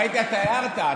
ראיתי שהערת,